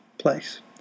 place